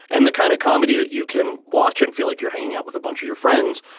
and the kind of comedy that you can watch and feel like you're hanging out with a bunch of your friends.